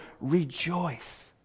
rejoice